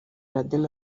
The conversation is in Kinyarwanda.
laden